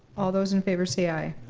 all those in favor say aye.